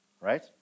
right